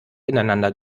ineinander